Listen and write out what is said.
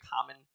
common